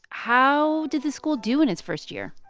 how did the school do in its first year?